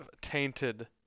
tainted